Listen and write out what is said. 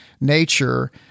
nature